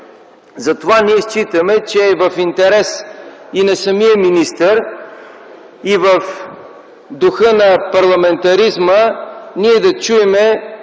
разпит? Ние считаме, че е в интерес на самия министър и в духа на парламентаризма да чуем